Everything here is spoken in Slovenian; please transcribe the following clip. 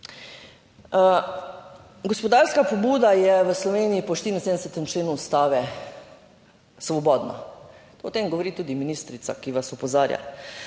Gospodarska pobuda je v Sloveniji po 74. členu Ustave svobodna. O tem govori tudi ministrica, ki vas opozarja,